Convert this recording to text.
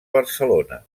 barcelona